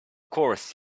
course